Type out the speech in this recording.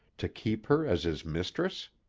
to keep her as his mistress?